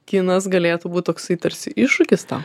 kinas galėtų būt toksai tarsi iššūkis tau